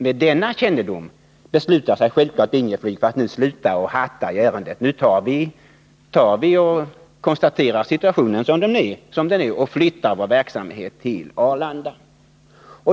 Med kännedom om detta beslutar sig självfallet Linjeflyg för att nu sluta att hatta i ärendet. Man konstaterar att situationen är som den är och flyttar sin verksamhet till Arlanda.